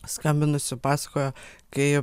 skambinusių pasakojo kai